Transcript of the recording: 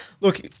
look